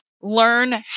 learn